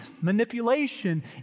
manipulation